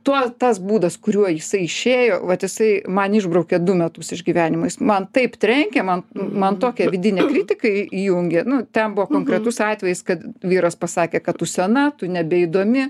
tuo tas būdas kuriuo jisai išėjo vat jisai man išbraukia du metus iš gyvenimo jis man taip trenkė man man tokią vidinę kritiką iį įjungė nu ten buvo konkretus atvejis kad vyras pasakė kad tu sena tu nebeįdomi